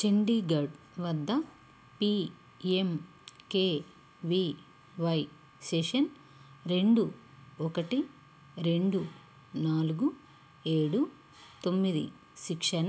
చండీగఢ్ వద్ద PMKVY session రెండు ఒకటి రెండు నాలుగు ఏడు తొమ్మిది శిక్షణ